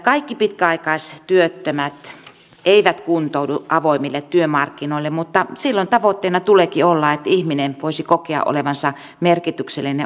kaikki pitkäaikaistyöttömät eivät kuntoudu avoimille työmarkkinoille mutta silloin tavoitteena tuleekin olla että ihminen voisi kokea olevansa merkityksellinen osa yhteiskuntaa